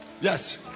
Yes